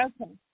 Okay